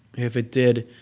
if it did,